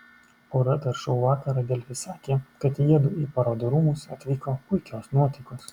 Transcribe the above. pora dar šou vakarą delfi sakė kad jiedu į parodų rūmus atvyko puikios nuotaikos